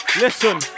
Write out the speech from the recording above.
Listen